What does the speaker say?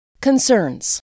Concerns